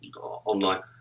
online